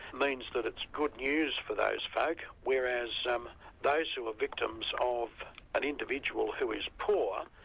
means that it's good news for those folk, whereas um those who were victims of an individual who is poor,